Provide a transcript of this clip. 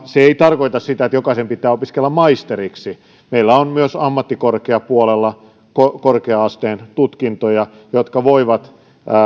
se ei tarkoita sitä että jokaisen pitää opiskella maisteriksi meillä on myös ammattikorkeapuolella korkea asteen tutkintoja jotka voivat